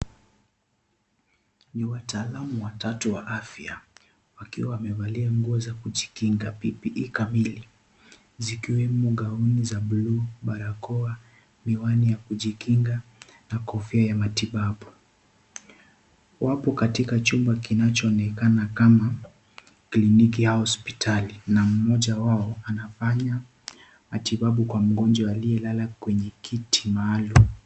Ni wataalamu watatu wa afya wakiwa wamevalia nguo za kujikinga kikamili zikiwemo gaoni za buluu, barakoa ,mihiwani ya kujikinga na kofia ya matibabu , wapo katika chumba kinachoonekana kama kiliniki au hospitali na mmoja wao anafanya matibabu kwa mgonjwa aliyelala kwenye kiti maalaum.